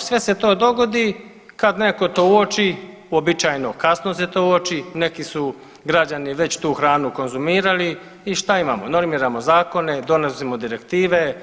Sve se to dogodi, kad neko to uoči, uobičajeno kasno se to uoči, neki su građani već tu hranu konzumirali i šta imamo, normiramo zakone, donosimo direktive,